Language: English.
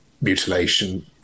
mutilation